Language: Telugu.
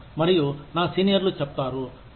మరియు నా సీనియర్లు చెప్తారు ఓ